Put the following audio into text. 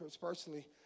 personally